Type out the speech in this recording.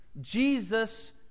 Jesus